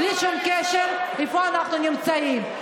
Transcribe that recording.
בלי שום קשר לאיפה אנחנו נמצאים.